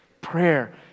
Prayer